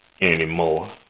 anymore